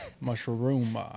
mushroom